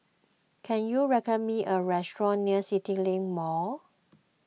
can you recommend me a restaurant near CityLink Mall